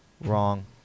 wrong –